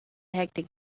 hectic